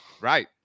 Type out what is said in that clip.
Right